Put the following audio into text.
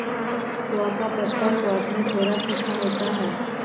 सोआ का पत्ता स्वाद में थोड़ा तीखा होता है